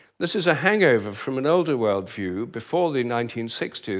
this is a hangover from an older world view, before the nineteen sixty s,